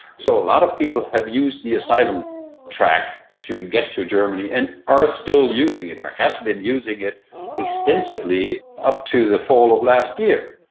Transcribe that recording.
so a lot of people have used the asylum track to get to germany and are still using it or have been using it extensively up to the fall of last year.